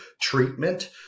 treatment